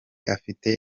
afite